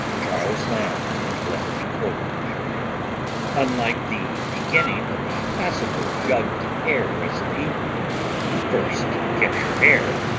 charles lamb, in a letter to coleridge unlike the beginning of the classical jugged hare recipe first catch your hare!